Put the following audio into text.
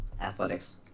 Athletics